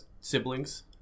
siblings